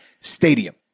stadium